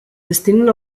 destinen